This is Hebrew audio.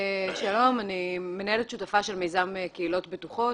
אני מנהלת שותפה של מיזם קהילות בטוחות